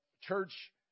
church